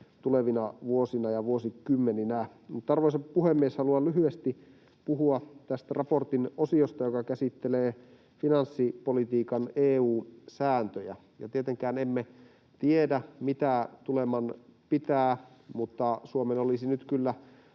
tulevina vuosina ja vuosikymmeninä. Arvoisa puhemies! Haluan lyhyesti puhua tästä raportin osiosta, joka käsittelee finanssipolitiikan EU-sääntöjä. Tietenkään emme tiedä, mitä tuleman pitää, mutta Suomen olisi nyt kyllä